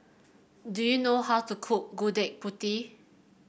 do you know how to cook Gudeg Putih